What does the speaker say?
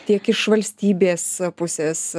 tiek iš valstybės pusės